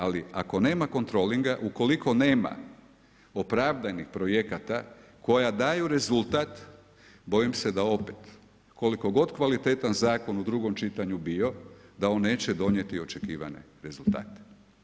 Ali ako nema kontrolinga, ukoliko nema opravdanih projekata koja daju rezultat bojim se da opet koliko god kvalitetan zakon u drugom čitanju bio da on neće donijeti očekivane rezultate.